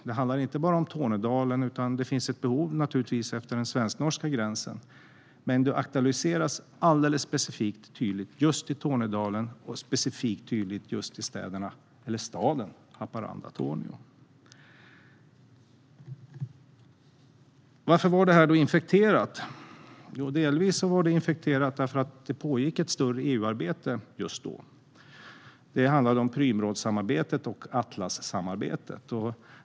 Det handlar inte bara om Tornedalen, utan det finns också ett behov utefter den svensk-norska gränsen. Men det aktualiseras specifikt och tydligt just i Tornedalen, särskilt i de här städerna - eller staden Haparanda-Tornio. Varför var då det här infekterat? Jo, delvis var det infekterat därför att det pågick ett större EU-arbete just då. Det handlade om Prümrådssamarbetet och Atlassamarbetet.